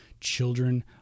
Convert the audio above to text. children